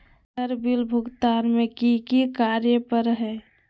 Sir bill भुगतान में की की कार्य पर हहै?